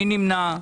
מי נמנע?